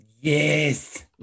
Yes